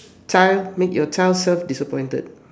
child make your child self disappointed